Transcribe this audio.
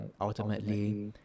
ultimately